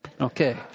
Okay